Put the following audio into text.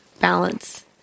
balance